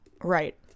right